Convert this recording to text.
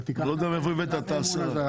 אני לא יודע מהיכן הבאת את ה-10 מיליון.